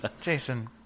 Jason